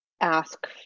ask